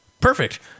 Perfect